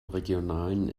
regionalen